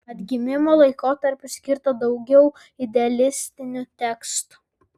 atgimimo laikotarpiui skirta daugiau idealistinių tekstų